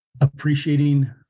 appreciating